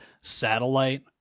satellite